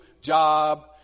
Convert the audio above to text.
job